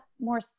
more